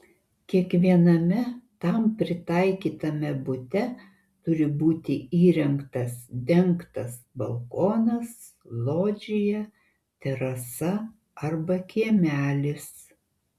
kiekviename tam pritaikytame bute turi būti įrengtas dengtas balkonas lodžija terasa arba kiemelis